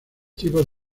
tipos